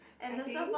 I think